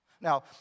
Now